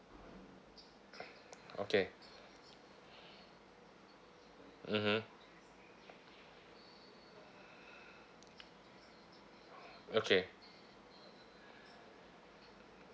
okay mmhmm okay